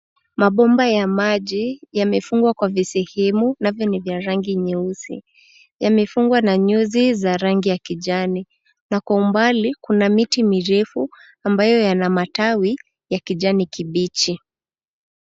Mabomba ya maji yamefungwa kwa visehemu navyo ni vya rangi nyeusi. Yamefungwa na nyuzi za rangi ya kijani na kwa umbali kuna miti mirefu ambayo yana matawi ya kijani kibichi.